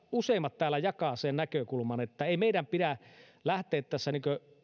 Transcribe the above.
useimmat täällä jakavat sen näkökulman että ei meidän pidä lähteä tässä